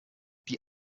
die